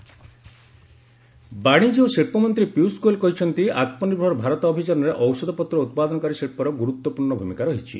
pharma industry Goyal ବାଶିଜ୍ୟ ଓ ଶିଳ୍ପମନ୍ତ୍ରୀ ପୀୟୁଷ ଗୋଏଲ କହିଛନ୍ତି ଆତ୍କନିର୍ଭର ଭାରତ ଅଭିଯାନରେ ଔଷଧପତ୍ର ଉତ୍ପାଦନକାରୀ ଶିଳ୍ପର୍ ଗୁରୁତ୍ୱପୂର୍ଣ୍ଣ ଭୂମିକା ରହିଛି